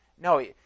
No